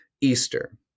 Easter